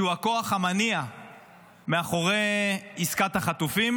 שהוא הכוח המניע מאחורי עסקת החטופים,